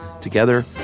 together